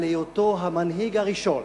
על היותו המנהיג הראשון